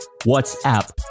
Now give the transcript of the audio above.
WhatsApp